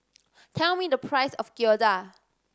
tell me the price of Gyoza